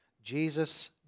Jesus